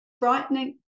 frightening